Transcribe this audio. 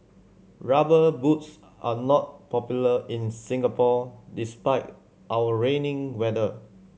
Rubber Boots are not popular in Singapore despite our rainy weather